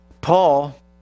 Paul